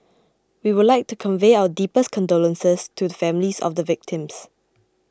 we would like to convey our deepest condolences to the families of the victims